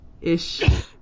ish